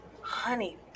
honey